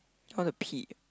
I want to pee